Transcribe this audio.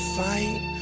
fight